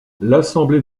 l’assemblée